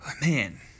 Man